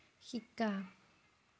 শিকা